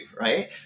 right